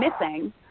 missing